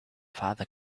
father